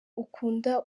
ukunda